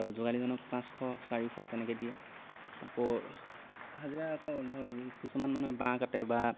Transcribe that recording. তাৰ পৰা যোগালিজনক পাঁচশ চাৰিশ তেনেকৈ দিয়ে আকৌ হাজিৰা আকৌ ধৰক কিছুমান মানুহে বাঁহ কাটে বা